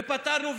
ופתרנו.